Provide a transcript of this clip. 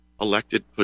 elected